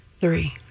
Three